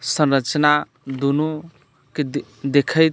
संरचना दुनूके देखैत